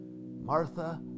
Martha